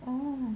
oh